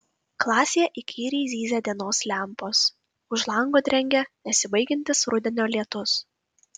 klasėje įkyriai zyzia dienos lempos už lango drengia nesibaigiantis rudenio lietus